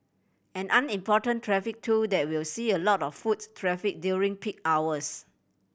and an important traffic tool that will see a lot of foots traffic during peak hours